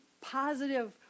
positive